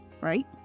right